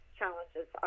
challenges